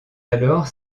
alors